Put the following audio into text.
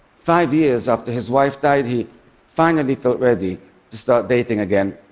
five years after his wife died, he finally felt ready to start dating again.